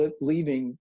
leaving